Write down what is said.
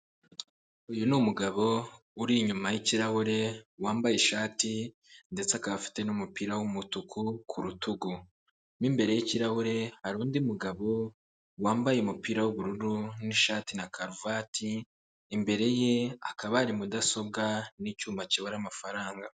Uyu ni umugabo uri inyuma y'ikirahure wambaye ishati ndetse akaba afite n'umupira w'umutuku ku rutugu, mu imbere y'ikirahure hari undi mugabo wambaye umupira w'ubururu n'ishati na karuvati, imbere ye hakaba hari mudasobwa, n'icyuma kibara amafaranga.